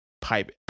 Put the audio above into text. pipe